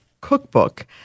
Cookbook